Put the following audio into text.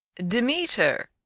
demeter,